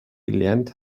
gelernt